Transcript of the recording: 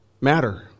matter